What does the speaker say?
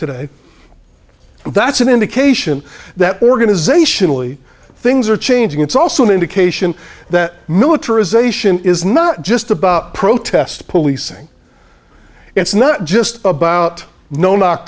today that's an indication that organizationally things are changing it's also an indication that militarization is not just about protest policing it's not just about no knock